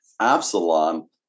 Absalom